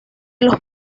los